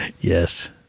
Yes